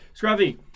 Scruffy